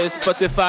Spotify